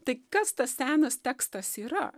tai kas tas senas tekstas yra